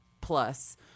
plus